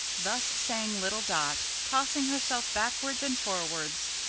thus sang little dot, tossing herself backwards and forwards,